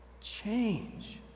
change